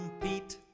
compete